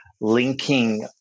linking